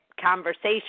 conversation